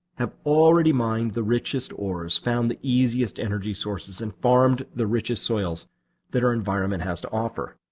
have already mined the richest ores, found the easiest energy sources, and farmed the richest soils that our environment has to offer.